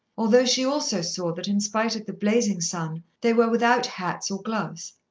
although she also saw that in spite of the blazing sun they were without hats or gloves.